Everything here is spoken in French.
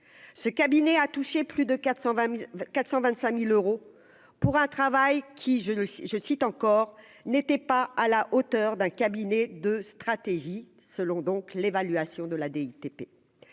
ce cabinet a touché plus de 420000 425000 euros pour un travail qui, je ne suis je cite encore, n'était pas à la hauteur d'un cabinet de stratégie selon donc l'évaluation de la DTP